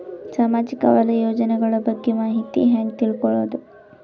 ಸಾಮಾಜಿಕ ವಲಯದ ಯೋಜನೆಗಳ ಬಗ್ಗೆ ಮಾಹಿತಿ ಹ್ಯಾಂಗ ತಿಳ್ಕೊಳ್ಳುದು?